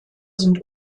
sind